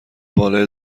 بالا